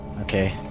okay